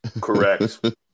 Correct